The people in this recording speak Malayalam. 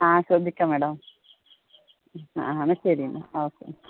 ആ ശ്രദ്ധിക്കാം മാഡം ആ എന്നാൽ ശരി ഓക്കെ